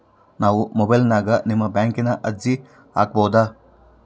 ನಾವು ಮೊಬೈಲಿನ್ಯಾಗ ನಿಮ್ಮ ಬ್ಯಾಂಕಿನ ಅರ್ಜಿ ಹಾಕೊಬಹುದಾ?